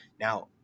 Now